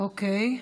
אוקיי.